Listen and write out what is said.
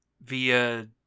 via